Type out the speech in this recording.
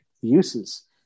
uses